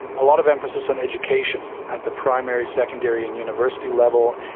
a lot of emphasis on education at the primary, secondary and university level,